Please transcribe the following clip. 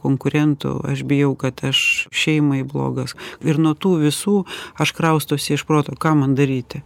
konkurentų aš bijau kad aš šeimai blogas ir nuo tų visų aš kraustausi iš proto ką man daryti